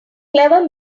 clever